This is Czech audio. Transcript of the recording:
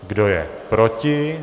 Kdo je proti?